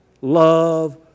love